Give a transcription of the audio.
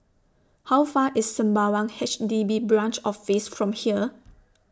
How Far away IS Sembawang H D B Branch Office from here